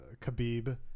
Khabib